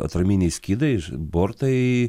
atraminiai skydai bortai